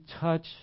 touch